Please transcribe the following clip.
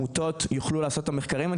עמותות יוכלו לעשות את המחקרים האלה.